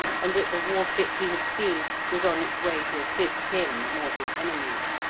and that the war-ship he had seen was on its way to assist him or his enemies.